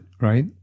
right